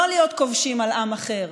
לא להיות כובשים על עם אחר,